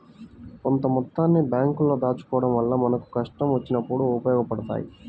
కొంత మొత్తాన్ని బ్యేంకుల్లో దాచుకోడం వల్ల మనకు కష్టం వచ్చినప్పుడు ఉపయోగపడతయ్యి